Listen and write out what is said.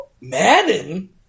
Madden